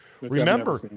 Remember